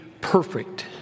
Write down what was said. perfect